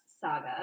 saga